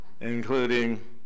including